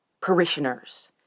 parishioners